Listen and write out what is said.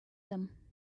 them